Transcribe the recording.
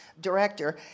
director